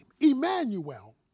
Emmanuel